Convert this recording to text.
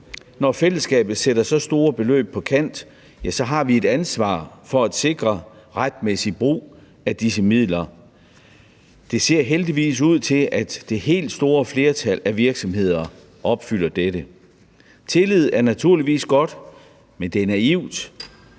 Når fællesskabet sætter så store beløb på højkant, har vi et ansvar for at sikre retmæssig brug af disse midler. Det ser heldigvis ud til, at det helt store flertal af virksomheder opfylder dette. Tillid er naturligvis godt, men det er naivt